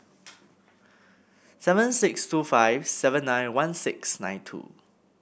seven six two five seven nine one six nine two